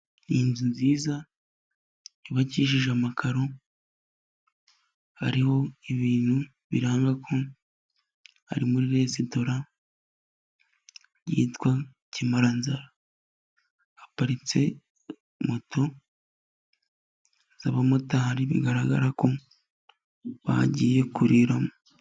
Iyi nzu nziza yubakishije amakaro, hariho ibintu biranga ko ari muri resitora, yitwa "Kimaranzara."Haparitse moto z'abamotari, bigaragara ko bagiye kuriramo.